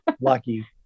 lucky